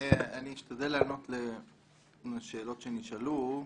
אני אשתדל לענות לשאלות שנשאלו,